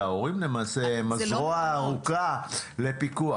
וההורים למעשה הם הזרוע הארוכה לפיקוח.